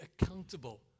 accountable